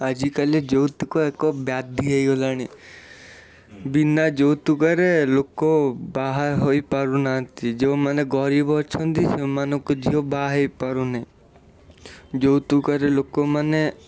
ଆଜିକାଲି ଯୌତୁକ ଏକ ବ୍ୟାଧି ହେଇଗଲାଣି ବିନା ଯୌତୁକରେ ଲୋକ ବାହା ହୋଇ ପାରୁନାହାଁନ୍ତି ଯେଉଁମାନେ ଗରିବ ଅଛନ୍ତି ସେମାନଙ୍କ ଝିଅ ବାହା ହେଇପାରୁନି ଯୌତୁକରେ ଲୋକମାନେ